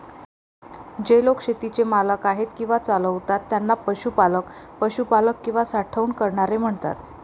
जे लोक शेतीचे मालक आहेत किंवा चालवतात त्यांना पशुपालक, पशुपालक किंवा साठवणूक करणारे म्हणतात